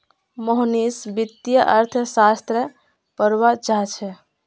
मोहनीश वित्तीय अर्थशास्त्र पढ़वा चाह छ